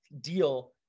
deal